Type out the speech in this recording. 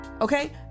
Okay